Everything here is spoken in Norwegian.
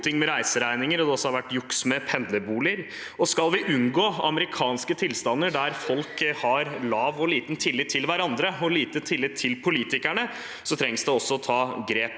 med reiseregninger, og det har også vært juks med pendlerboliger. Skal vi unngå amerikanske tilstander, der folk har lav og liten tillit til hverandre og lite tillit til politikerne, trengs det også å ta grep